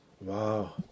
Wow